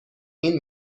این